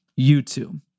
YouTube